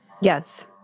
Yes